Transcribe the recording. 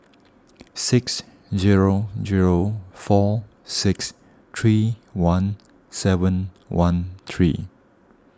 six zero zero four six three one seven one three